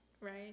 right